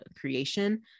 creation